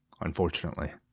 unfortunately